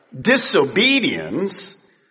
disobedience